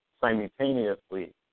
simultaneously